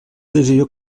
decisió